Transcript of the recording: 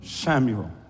Samuel